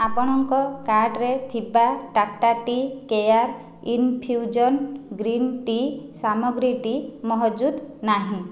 ଆପଣଙ୍କ କାର୍ଟ୍ରେ ଥିବା Tata tea care infusion green tea ସାମଗ୍ରୀଟି ମହଜୁଦ ନାହିଁ